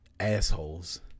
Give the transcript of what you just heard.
Assholes